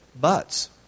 buts